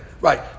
Right